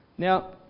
Now